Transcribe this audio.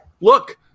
Look